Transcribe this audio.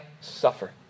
suffer